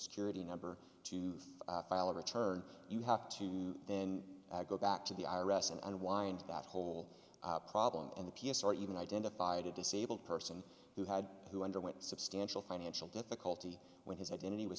security number to file a return you have to then go back to the i r s and unwind that whole problem and the p s or even identified a disabled person who had who underwent substantial financial difficulty when his identity was